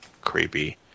Creepy